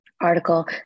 article